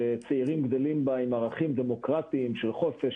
שצעירים גדלים בה עם ערכים דמוקרטיים של חופש,